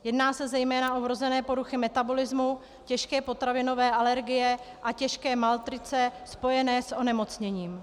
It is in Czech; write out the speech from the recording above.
Jedná se zejména o vrozené poruchy metabolismu, těžké potravinové alergie a těžké malnutrice spojené s onemocněním.